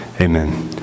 Amen